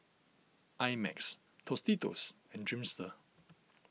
I Max Tostitos and Dreamster